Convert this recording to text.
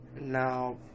Now